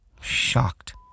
shocked